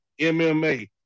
MMA